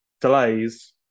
delays